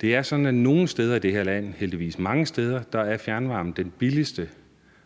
Det er sådan, at nogle steder i det her land – heldigvis mange steder – er fjernvarmen den billigste